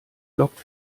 lockt